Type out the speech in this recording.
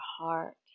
heart